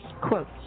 Quote